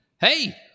hey